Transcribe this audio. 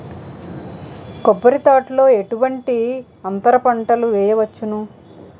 కొబ్బరి తోటలో ఎటువంటి అంతర పంటలు వేయవచ్చును?